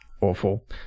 awful